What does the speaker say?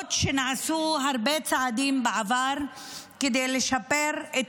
למרות שנעשו הרבה צעדים בעבר כדי לשפר את